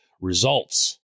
results